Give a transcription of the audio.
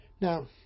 Now